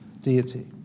deity